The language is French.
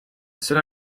seule